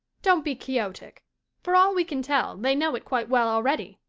don't be quixotic. for all we can tell, they know it quite well already,